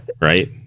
Right